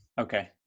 Okay